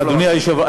אדוני היושב-ראש,